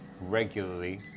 regularly